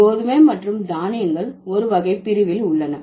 கோதுமை மற்றும் தானியங்கள் ஒரு வகைபிரிவில் உள்ளன